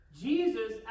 Jesus